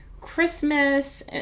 Christmas